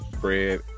bread